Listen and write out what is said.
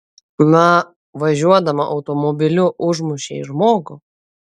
na važiuodama automobiliu užmušei žmogų